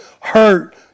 hurt